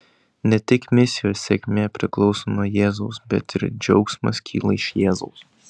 ne tik misijos sėkmė priklauso nuo jėzaus bet ir džiaugsmas kyla iš jėzaus